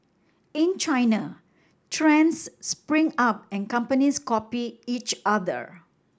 in China trends spring up and companies copy each other